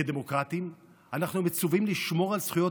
כדמוקרטים אנחנו מצווים לשמור על זכויות